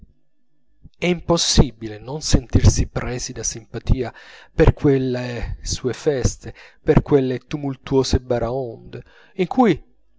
è impossibile non sentirsi presi da simpatia per quelle sue feste per quelle tumultuose baraonde in cui